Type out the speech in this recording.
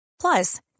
Plus